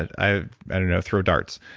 and i i don't know. throw darts.